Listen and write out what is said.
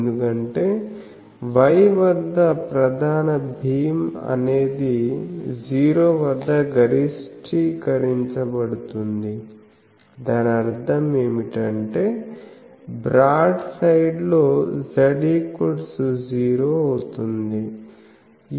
ఎందుకంటే Y వద్ద ప్రధాన భీమ్ అనేది 0 వద్ద గరిష్టీకరించబడుతుంది దాని అర్థం ఏమిటంటే బ్రాడ్ సైడ్ లో z0 అవుతుంది